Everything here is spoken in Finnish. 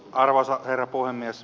arvoisa herra puhemies